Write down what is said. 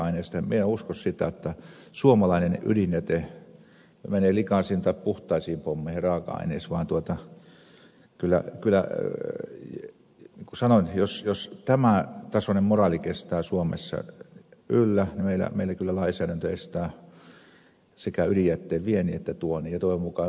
minä en usko sitä että suomalainen ydinjäte menee likaisiin tai puhtaisiin pommeihin raaka aineiksi vaan kyllä niin kuin sanoin jos tämän tasoinen moraali kestää suomessa yllä niin meillä kyllä lainsäädäntö estää sekä ydinjätteen viennin että tuonnin ja toivon mukaan tämä kestää